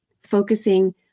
focusing